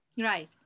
Right